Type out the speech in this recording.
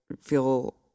feel